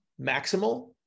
maximal